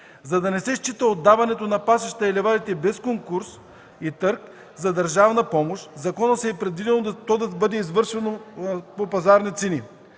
За да не се счита отдаването на пасищата и ливадите без конкурс и търг за държавна помощ, в закона е предвидено то да бъде извършено по пазарни цени.